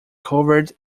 covered